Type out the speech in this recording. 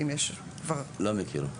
לא מכיר.